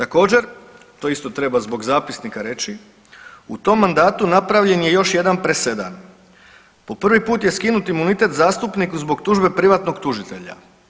Također, to isto treba zbog zapisnika reći, u tom mandatu napravljen je još jedan presedan, po prvi put je skinut imunitet zastupniku zbog tužbe privatnog tužitelja.